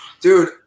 Dude